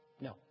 No